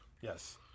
Yes